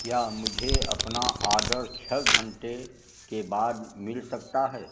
क्या मुझे अपना आडर छः घंटे के बाद मिल सकता है